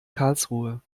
karlsruhe